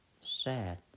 sad